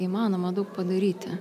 įmanoma daug padaryti